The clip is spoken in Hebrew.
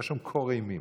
היה שם קור אימים,